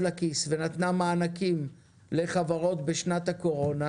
לכיס ונתנה מענקים לחברות בשנת הקורונה,